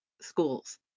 schools